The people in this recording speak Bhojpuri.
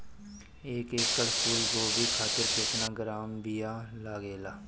एक एकड़ फूल गोभी खातिर केतना ग्राम बीया लागेला?